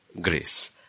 grace